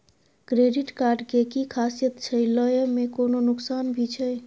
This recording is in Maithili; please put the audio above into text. क्रेडिट कार्ड के कि खासियत छै, लय में कोनो नुकसान भी छै?